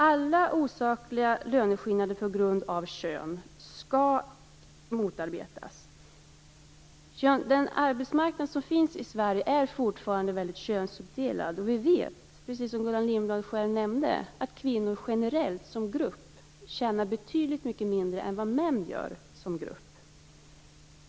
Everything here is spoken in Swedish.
Alla osakliga löneskillnader på grund av kön skall motarbetas. Den svenska arbetsmarknaden är fortfarande väldigt könsuppdelad. Vi vet, precis som Gullan Lindblad själv nämnde, att kvinnor generellt som grupp tjänar betydligt mindre än vad män gör som grupp.